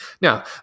Now